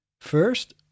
First